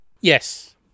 Yes